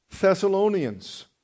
thessalonians